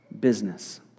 business